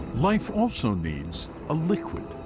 life also needs a liquid,